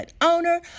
Owner